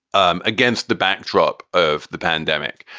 um against the backdrop of the pandemic.